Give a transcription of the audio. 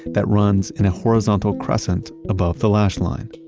that runs in a horizontal crescent above the lash line.